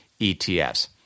ETFs